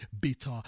bitter